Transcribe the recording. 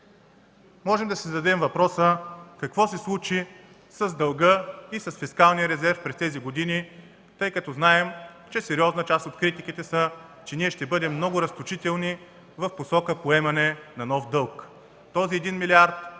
Можем да си зададем въпроса: Какво се случи с дълга и с фискалния резерв през тези години? Знаем, че сериозна част от критиките са, че ние ще бъдем много разточителни в посока поемане на нов дълг. Този един милиард